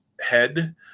head